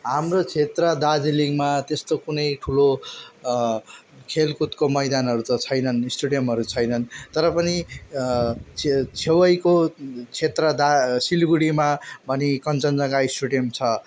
हाम्रो क्षेत्र दार्जिलिङमा त्यस्तो कुनै ठुलो खेलकुदको मैदानहरू त छैनन् स्टेडियमहरू छैनन् तर पनि छे छेवैको क्षेत्र दा सिलगढीमा भने कन्चनजङ्घा स्टेडियम छ